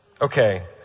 Okay